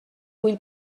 vull